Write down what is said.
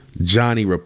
Johnny